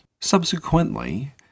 Subsequently